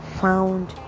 found